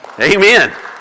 Amen